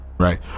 Right